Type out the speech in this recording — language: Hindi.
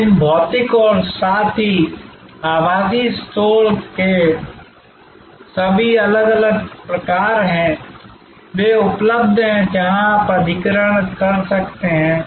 तो इन भौतिक और साथ ही आभासी स्टोर के सभी अलग अलग प्रकार हैं वे उपलब्ध हैं जहाँ आप अधिग्रहण कर सकते हैं